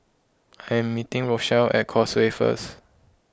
I am meeting Rochelle at Causeway first